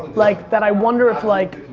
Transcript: like that i wonder if like.